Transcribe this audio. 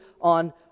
on